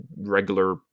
regular